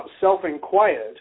self-inquired